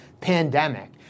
pandemic